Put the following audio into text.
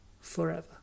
forever